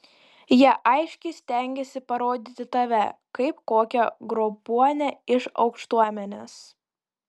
jie aiškiai stengiasi parodyti tave kaip kokią grobuonę iš aukštuomenės